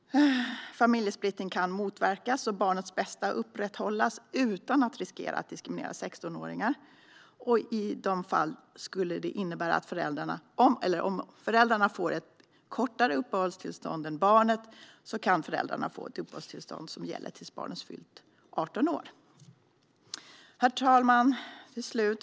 Familjesplittring kan motverkas och barnets bästa upprätthållas utan att man riskerar diskriminering av sextonåringar, och om föräldrarna får ett kortare uppehållstillstånd än barnet kan de få ett uppehållstillstånd som gäller tills barnet fyllt 18 år. Herr talman!